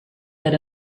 that